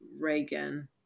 Reagan